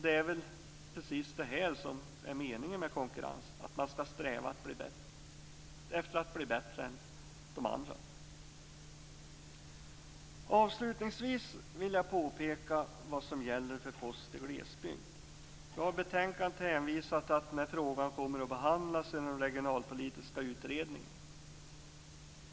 Det är väl precis detta som är meningen med konkurrens, att man skall sträva efter att bli bättre än de andra. Avslutningsvis vill jag påpeka vad som gäller för post i glesbygd. Av betänkandet framgår det att denna fråga kommer att behandlas i den regionalpolitiska utredningen.